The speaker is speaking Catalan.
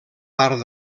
part